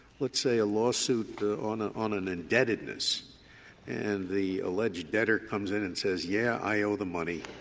let's say, a lawsuit on an on an indebtedness and the alleged debtor comes in and says, yeah, i owe them money,